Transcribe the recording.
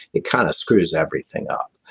it kind of screws everything up.